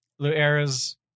Luera's